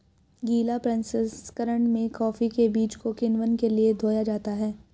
गीला प्रसंकरण में कॉफी के बीज को किण्वन के लिए धोया जाता है